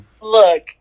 look